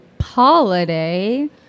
holiday